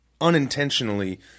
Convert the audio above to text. unintentionally